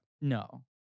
No